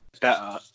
better